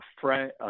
friend